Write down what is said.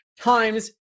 times